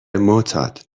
معتاد